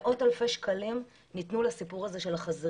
מאות אלפי שקלים ניתנו לחזיריות,